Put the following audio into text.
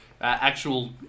actual